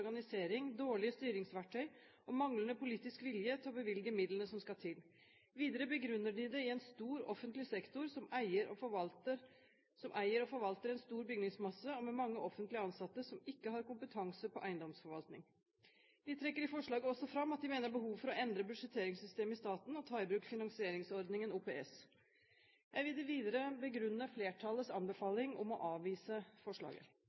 organisering, dårlig styringsverktøy og manglende politisk vilje til å bevilge midlene som skal til. Videre begrunner de det i en stor offentlig sektor som eier og forvalter en stor bygningsmasse og med mange offentlige ansatte som ikke har kompetanse på eiendomsforvaltning. De trekker i forslaget også fram at de mener det er behov for å endre budsjetteringssystemet i staten og ta i bruk finansieringsordningen OPS. Jeg vil i det videre begrunne flertallets anbefaling om å avvise forslaget.